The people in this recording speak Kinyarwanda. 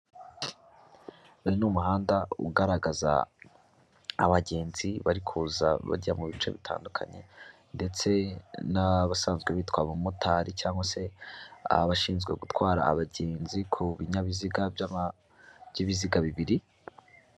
Uyu ni umuhanda ugaragaza abagenzi bari kuza bajya mu bice bitandukanye ndetse n'abasanzwe bitwa abamotari cyangwa se abashinzwe gutwara abagenzi ku binyabiziga by'ibiziga bibiri